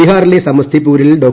ബിഹാറിലെ സമസ്തിപൂരിൽ ഡോ